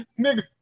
Nigga